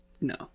No